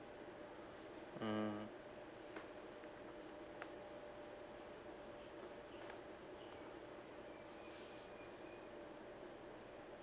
mm